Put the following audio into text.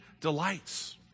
delights